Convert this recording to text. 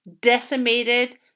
decimated